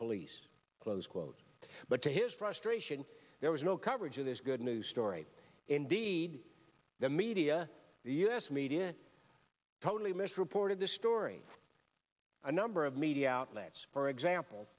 police close quote but to his frustration there was no coverage of this good news story indeed the media the us media totally missed reported this story a number of media outlets for example